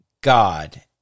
God